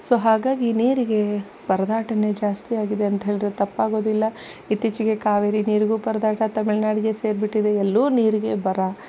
so ಹಾಗಾಗಿ ನೀರಿಗೆ ಪರದಾಟ ಜಾಸ್ತಿ ಆಗಿದೆ ಅಂತ ಹೇಳಿದ್ರೆ ತಪ್ಪಾಗೋದಿಲ್ಲ ಇತ್ತೀಚಿಗೆ ಕಾವೇರಿ ನೀರಿಗು ಪರದಾಟ ತಮಿಳುನಾಡಿಗೆ ಸೇರಿಬಿಟ್ಟಿದೆ ಎಲ್ಲೂ ನೀರಿಗೆ ಬರ